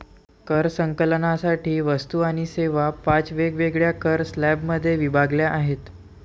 कर संकलनासाठी वस्तू आणि सेवा पाच वेगवेगळ्या कर स्लॅबमध्ये विभागल्या आहेत